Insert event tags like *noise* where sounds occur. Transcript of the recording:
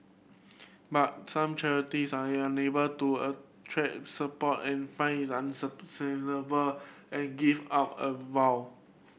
but some charities are unable to attract support and find is *unintelligible* and give up a while